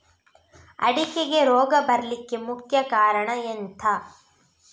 ಅಡಿಕೆಗೆ ರೋಗ ಬರ್ಲಿಕ್ಕೆ ಮುಖ್ಯ ಕಾರಣ ಎಂಥ?